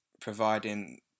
providing